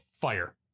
fire